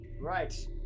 Right